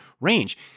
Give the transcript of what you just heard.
range